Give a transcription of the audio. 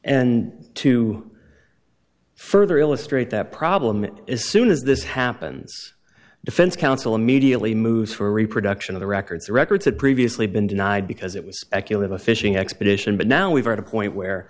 and to further illustrate that problem as soon as this happens defense counsel immediately moves for a reproduction of the records the records had previously been denied because it was a killer of a fishing expedition but now we've got a point where